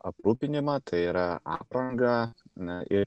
aprūpinimą tai yra aprangą na ir